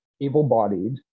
able-bodied